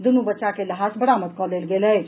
दुनू बच्चा के लहास बरामद कऽ लेल गेल अछि